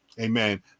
Amen